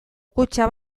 kutxa